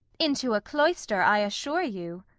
into a cloister, i assure you.